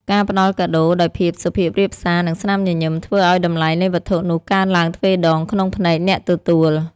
ការផ្ដល់កាដូដោយភាពសុភាពរាបសារ និងស្នាមញញឹម ធ្វើឱ្យតម្លៃនៃវត្ថុនោះកើនឡើងទ្វេដងក្នុងភ្នែកអ្នកទទួល។